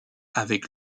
avec